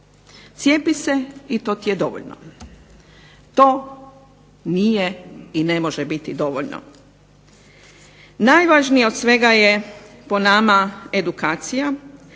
Cijepi se i to ti je dovoljno. To nije i ne može biti dovoljno. Najvažnije od svega je, po nama, edukacija,